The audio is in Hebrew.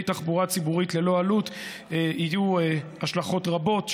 תחבורה ציבורית ללא תשלום יהיו השלכות רבות,